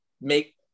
make